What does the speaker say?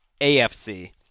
AFC